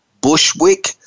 Bushwick